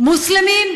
מוסלמים?